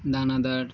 দানাদার